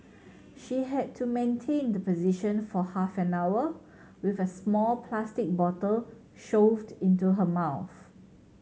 she had to maintain the position for half an hour with a small plastic bottle shoved into her mouth